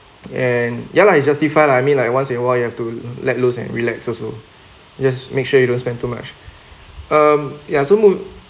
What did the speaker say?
and ya lah you justify lah I mean like once in a while you have to let loose and relax also just make sure you don't spend too much um ya so some more